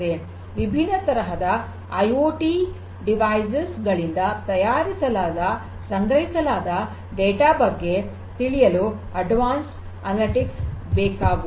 ವಿಭಿನ್ನ ತರಹದ IoT devices ಗಳಿಂದ ಸಂಗ್ರಹಿಸಲಾದ ಡೇಟಾ ಬಗ್ಗೆ ತಿಳಿಯಲು ಅಡ್ವಾನ್ಸ್ ಆಗಿರುವ ಅನಲಿಟಿಕ್ಸ್ಬೇಕಾಗುವುದು